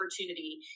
opportunity